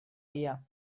via